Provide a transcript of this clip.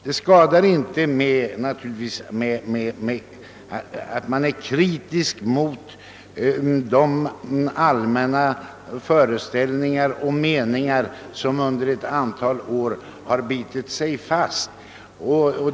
Det skadar naturligtvis inte att vara kritisk mot de allmänna föreställningar och meningar som under ett antal år har bitit sig fast.